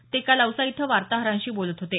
ते काल औसा इथं वार्ताहरांशी बोलत होते